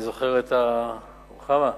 רוחמה,